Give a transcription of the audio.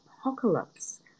apocalypse